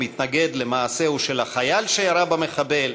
או מתנגד למעשהו של החייל שירה במחבל,